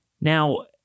Now